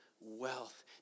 wealth